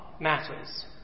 matters